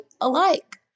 alike